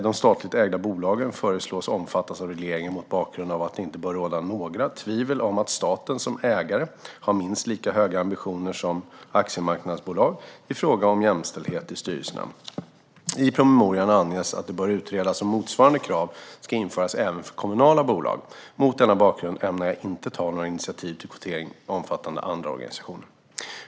De statligt ägda bolagen föreslås omfattas av regleringen mot bakgrund av att det inte bör råda några tvivel om att staten som ägare har minst lika höga ambitioner som aktiemarknadsbolag i fråga om jämställdhet i styrelserna. I promemorian anges att det bör utredas om motsvarande krav ska införas även för kommunala bolag. Mot denna bakgrund ämnar jag inte ta några initiativ till kvotering omfattande andra organisationer.